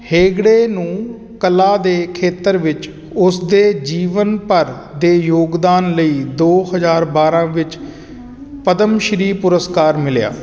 ਹੇਗੜੇ ਨੂੰ ਕਲਾ ਦੇ ਖੇਤਰ ਵਿੱਚ ਉਸਦੇ ਜੀਵਨ ਭਰ ਦੇ ਯੋਗਦਾਨ ਲਈ ਦੋ ਹਜ਼ਾਰ ਬਾਰ੍ਹਾਂ ਵਿੱਚ ਪਦਮ ਸ਼੍ਰੀ ਪੁਰਸਕਾਰ ਮਿਲਿਆ